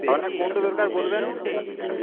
আপনার কোনটা দরকার বলবেন